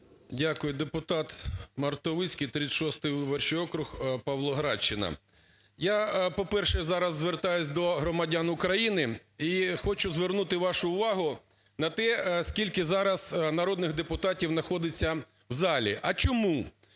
Дякую. Депутат Мартовицький, 36 виборчий округ, Павлоградщина. Я, по-перше, зараз звертаюсь до громадян України. І хочу звернути вашу увагу на те, скільки зараз народних депутатів знаходиться в залі. А чому?